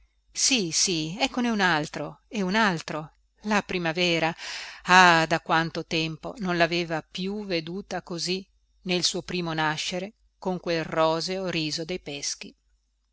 sì sì eccone un altro e un altro la primavera ah da quanto tempo non laveva più veduta nel suo primo nascere con quel roseo riso dei peschi